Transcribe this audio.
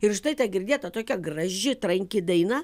ir štai ta girdėta tokia graži tranki daina